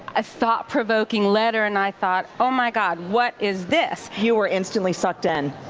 ah thought provoking letter and i thought, oh my god, what is this? you were instantly sucked in.